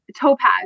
topaz